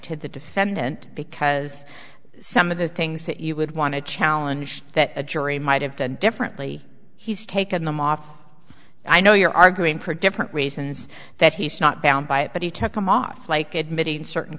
to the defendant because some of the things that you would want to challenge that a jury might have done differently he's taken them off i know you're arguing for different reasons that he's not bound by it but he took them off like admitting certain